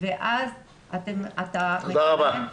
תודה רבה.